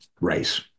race